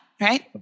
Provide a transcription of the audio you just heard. right